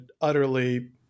utterly